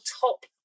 top